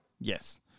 Yes